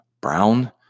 brown